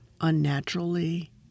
unnaturally